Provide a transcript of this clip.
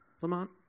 Lamont